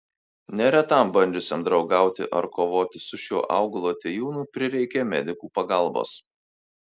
neretam bandžiusiam draugauti ar kovoti su šiuo augalu atėjūnu prireikė medikų pagalbos